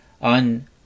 on